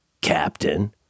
Captain